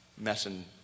messing